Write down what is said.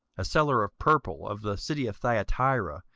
a seller of purple, of the city of thyatira,